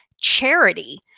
charity